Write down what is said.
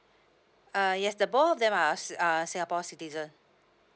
uh yes the both of them are are singapore citizen